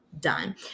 done